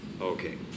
okay